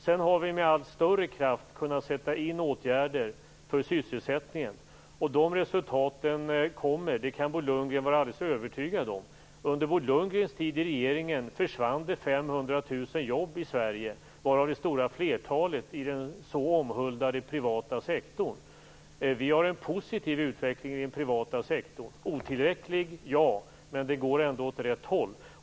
Vi har med allt större kraft kunnat sätt in åtgärder för sysselsättningen. De resultaten kommer. Det kan Bo Lundgren vara alldeles övertygad om. Under Bo Lundgrens tid i regeringen försvann det 500 000 jobb i Sverige, varav det stora flertalet i den så omhuldade privata sektorn. Vi har en positiv utveckling i den privata sektorn. Den är otillräcklig, men det går ändå åt rätt håll.